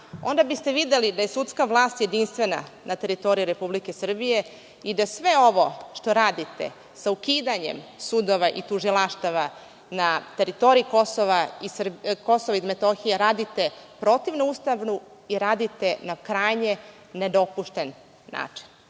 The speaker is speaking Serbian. onda biste videli da je sudska vlast jedinstvena na teritoriji Republike Srbije i da sve ovo što radite sa ukidanjem sudova i tužilaštava na teritoriji Kosova i Metohije radite protivno Ustavu i radite na krajnje nedopušten način.